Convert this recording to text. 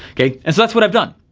okay, and so that's what i've done.